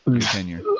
tenure